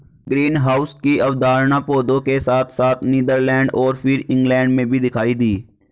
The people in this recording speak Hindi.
ग्रीनहाउस की अवधारणा पौधों के साथ साथ नीदरलैंड और फिर इंग्लैंड में भी दिखाई दी